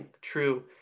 true